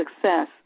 success